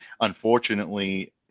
Unfortunately